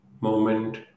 moment